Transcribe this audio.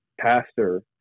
pastor